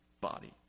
body